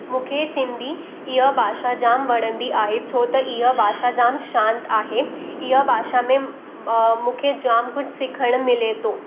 मूंखे सिंधी इहा भाषा जामु वणंदी आहे छो त इहा भाषा जामु शांति आहे इहा भाषा में मूंखे जामु कुझु सिखणु मिले थो